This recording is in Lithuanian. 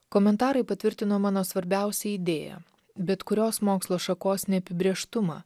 komentarai patvirtino mano svarbiausią idėją bet kurios mokslo šakos neapibrėžtumą